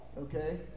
okay